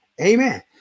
Amen